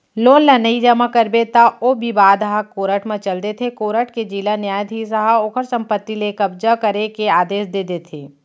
loan ल नइ जमा करबे त ओ बिबाद ह कोरट म चल देथे कोरट के जिला न्यायधीस ह ओखर संपत्ति ले कब्जा करे के आदेस दे देथे